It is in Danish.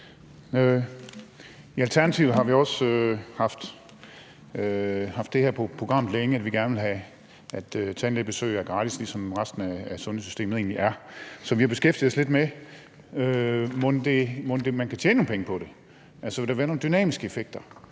I Alternativet har vi også haft det her på programmet længe, altså at vi gerne vil have, at tandlægebesøg er gratis, ligesom resten af sundhedssystemet egentlig er, som vi har beskæftiget os lidt med. Mon man kan tjene nogle penge på det, altså vil der være nogle dynamiske effekter?